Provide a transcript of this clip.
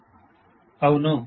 professor అవును